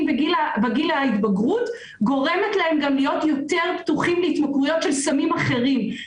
בגיל ההתבגרות גורמים להם להיות יותר פתוחים להתמכרויות של סמים אחרים.